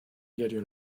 diario